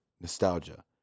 Nostalgia